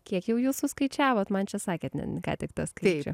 kiek jau jų suskaičiavot man čia sakėt ne ką tik tą skaičių